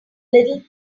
little